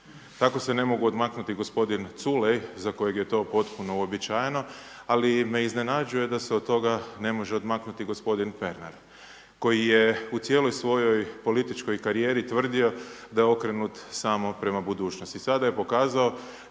Tako se ne mogu odmaknuti gospodin Culej za kojeg je to potpuno uobičajeno, ali me iznenađuje da se od toga ne može odmaknuti od toga gospodin Pernar, koji je u cijeloj svojoj političkoj karijeri tvrdio da je okrenut samo prema budućnosti. Sada je pokazao